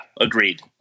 Agreed